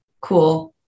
cool